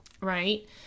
right